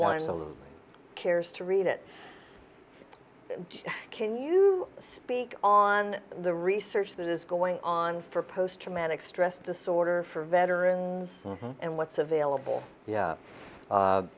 one cares to read it can you speak on the research that is going on for post traumatic stress disorder for veterans and what's available